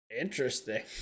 Interesting